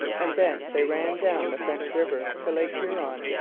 and thence they ran down the french river to lake huron.